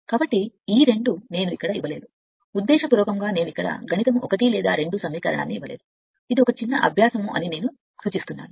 కాబట్టి ఈ రెండు నేను ఇక్కడ ఇవ్వలేదు ఉద్దేశపూర్వకంగా నేను ఇక్కడ గణితం 1 లేదా 2 సమీకరణాన్ని ఇవ్వలేదు ఇది ఒక చిన్న వ్యాయామం అని నేను సూచిస్తున్నాను